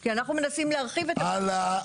כי אנחנו מנסים להרחיב --- הלאה.